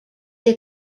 est